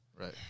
Right